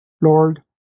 Lord